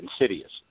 insidious